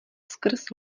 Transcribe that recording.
skrz